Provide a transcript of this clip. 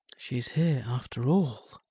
she is here after all!